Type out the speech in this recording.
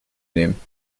nehmen